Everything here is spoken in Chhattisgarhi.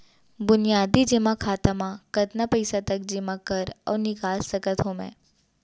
बुनियादी जेमा खाता म कतना पइसा तक जेमा कर अऊ निकाल सकत हो मैं?